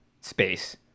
space